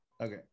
okay